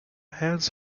has